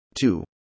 two